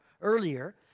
earlier